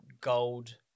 gold